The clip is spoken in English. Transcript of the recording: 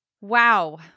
Wow